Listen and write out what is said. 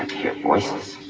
hear voices